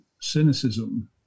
cynicism